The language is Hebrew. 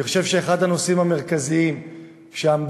אני חושב שאחד הנושאים המרכזיים במערכת